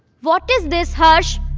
what is this, harsh?